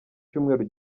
cyumweru